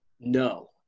no